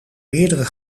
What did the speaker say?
meerdere